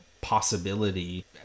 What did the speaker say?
possibility